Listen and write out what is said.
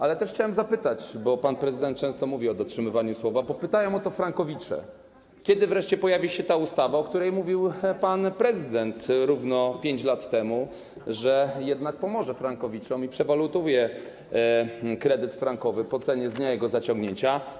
Ale chciałem też zapytać, bo pan prezydent często mówi o dotrzymywaniu słowa, pytają o to frankowicze, kiedy wreszcie pojawi się ta ustawa, o której mówił pan prezydent równo 5 lat temu, że jednak pomoże frankowiczom i przewalutuje kredyt frankowy po cenie z dnia jego zaciągnięcia.